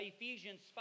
Ephesians